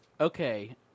Okay